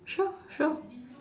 sure sure